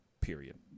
period